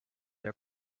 der